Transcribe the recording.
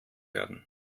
werden